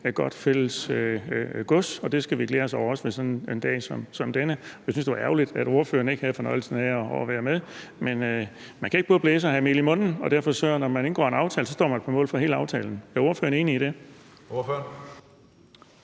Det er godt fælles gods, og det skal vi også glæde os over sådan en dag som denne. Jeg synes, det er ærgerligt, at ordføreren ikke havde fornøjelsen af at være med, men man kan ikke både blæse og have mel i munden, så når man indgår en aftale, står man på mål for hele aftalen. Er ordføreren enig i det?